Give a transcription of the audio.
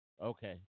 Okay